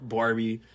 Barbie